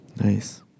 nice